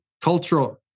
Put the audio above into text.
cultural